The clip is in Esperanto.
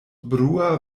brua